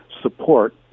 support